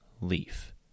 leaf